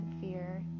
fear